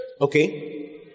Okay